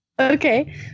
Okay